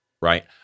right